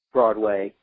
Broadway